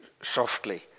softly